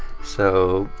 so